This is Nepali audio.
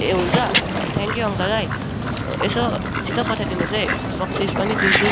ए हुन्छ थ्यङ्क यू अङ्कल है यसो छिटो पठाइदिनुहोस् है बक्सिस पनि दिन्छु